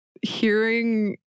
hearing